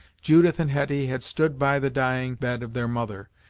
judith and hetty had stood by the dying bed of their mother,